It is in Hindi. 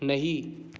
नहीं